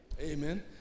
amen